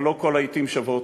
אבל לא כל העתים שוות,